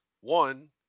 One